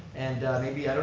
and maybe,